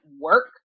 work